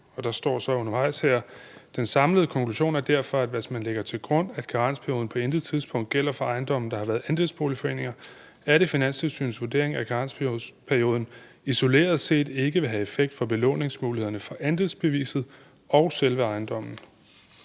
og der står undervejs: »Den samlede konklusion er derfor, at hvis man lægger til grund, at karensperioden på intet tidspunkt gælder for ejendomme, der har været andelsboligforeninger, er det Finanstilsynets vurdering, at karensperioden isoleret set ikke vil have effekt for belåningsmulighederne for andelsbeviset og selve ejendommen.«